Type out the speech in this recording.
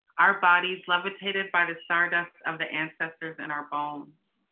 our bodies, levitated by the stardust of the ancestors in our bones.